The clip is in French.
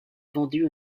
vendues